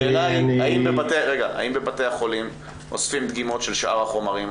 השאלה היא האם בבתי החולים אוספים דגימות של שאר החומרים,